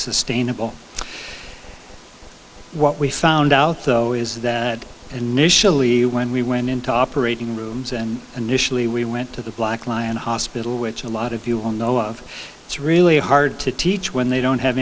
sustainable what we found out though is that initially when we went into operating rooms and initially we went to the black lion hospital which a lot of you all know of it's really hard to teach when they don't have